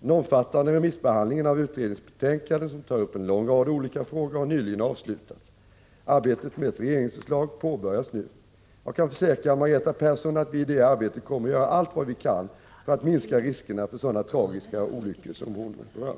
Den omfattande remissbehandlingen av utredningens betänkande, som tar upp en lång rad olika frågor, har nyligen avslutats. Arbetet med ett regeringsförslag påbörjas nu. Jag kan försäkra Margareta Persson att vi i det arbetet kommer att göra allt vad vi kan för att minska riskerna för sådana tragiska olyckor som hon berör.